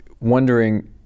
wondering